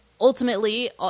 ultimately